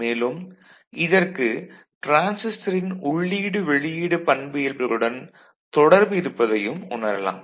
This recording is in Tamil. மேலும் இதற்கு டிரான்சிஸ்டரின் உள்ளீடு வெளியீடு பண்பியல்புகளுடன் தொடர்பு இருப்பதையும் உணரலாம்